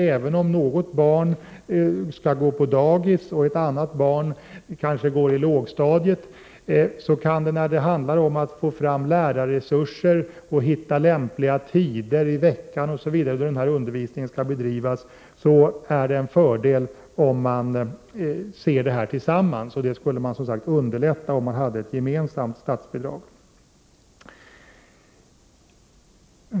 Även om något barn skall gå på dagis och ett annat på lågstadiet, kan det, när det handlar om att få fram resurser och hitta lämpliga tider i veckan för denna undervisning, vara en fördel, om man betraktar hemspråksundervisningens två delar såsom en enhet. Denna strävan skulle underlättas av ett gemensamt statsbidrag.